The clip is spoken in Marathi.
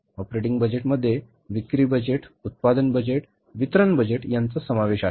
ऑपरेटिंग बजेटमध्ये विक्री बजेट उत्पादन बजेट वितरण बजेट यांचा समावेश आहे